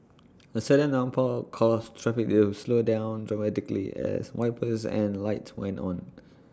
the sudden downpour caused traffic to slow down dramatically as wipers and lights went on